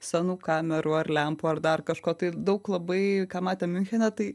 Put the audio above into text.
senų kamerų ar lempų ar dar kažko tai daug labai ką matėm miunchene tai